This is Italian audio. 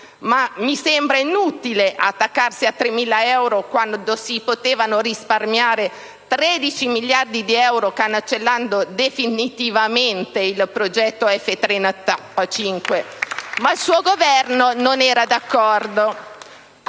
mi sembra inutile attaccarsi ai 3.000 euro, quando si potevano risparmiare 13 miliardi di euro cancellando definitivamente il progetto F-35. Ma il suo Governo non era d'accordo.